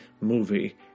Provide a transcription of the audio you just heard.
movie